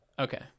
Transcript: okay